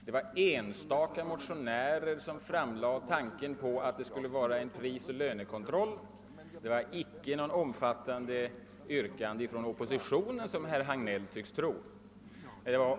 Det var enstaka motionärer som lade fram tanken på en prisoch lönekontroll — det var inte något omfattande yrkande från oppositionen, som herr Hagnell tycks tro.